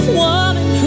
woman